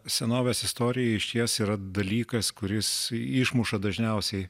senovės istorija išties yra dalykas kuris išmuša dažniausiai